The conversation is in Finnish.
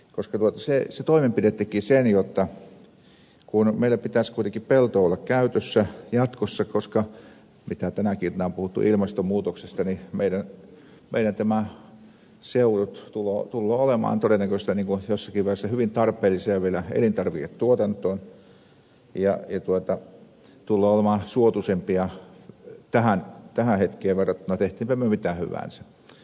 minusta se on harmi että se toimenpide teki sen kun meillä pitäisi kuitenkin peltoa olla käytössä jatkossa koska mitä tänäkin iltana on puhuttu ilmastonmuutoksesta meidän seutumme tulevat olemaan todennäköisesti jossakin vaiheessa hyvin tarpeellisia vielä elintarviketuotantoon ja tulevat olemaan suotuisempia tähän hetkeen verrattuna teimmepä me mitä hyvänsä